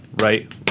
right